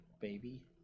baby